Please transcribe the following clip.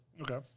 Okay